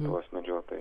lietuvos medžiotojai